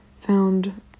found